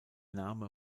name